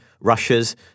Russia's